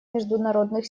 международных